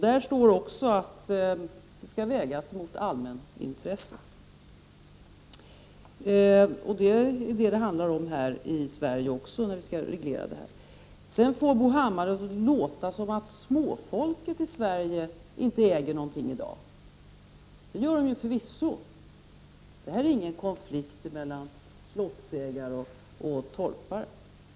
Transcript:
Där står också att egendomsrätten skall vägas mot allmänintresset. Det är vad det handlar om också här i Sverige när vi skall reglera detta. Bo Hammar får det att låta som att småfolket i Sverige inte äger någonting Prot. 1989/90:36 i dag. Det gör de förvisso! Det här är ingen konflikt mellan slottsägare och 30 november 1990 torpare.